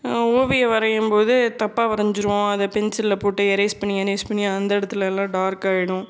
ஓவியம் வரையும் போது தப்பாக வரைஞ்சிருவோம் அதை பென்சிலில் போட்டு எரேஸ் பண்ணி எரேஸ் பண்ணி அந்த இடத்துல எல்லாம் டார்க் ஆகிடும்